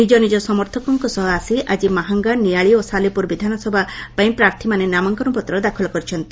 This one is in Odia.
ନିକ ନିଜ ସମର୍ଥକଙ୍କ ସହ ଆସି ଆଜି ମାହଙ୍ଗା ନିଆଳି ଓ ସାଲେପୁର ବିଧାନସଭା ପାଇଁ ପ୍ରାର୍ଥୀମାନେ ନାମାଙ୍କପତ୍ର ଦାଖଲ କରିଛନ୍ତି